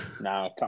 No